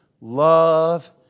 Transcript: love